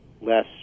less